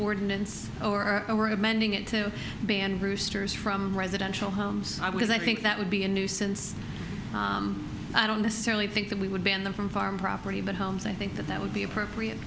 ordinance or i were amending it to ban roosters from residential homes i was i think that would be a nuisance i don't necessarily think that we would ban them from farm property but homes i think that that would be appropriate